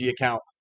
account